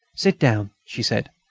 sit down, she said,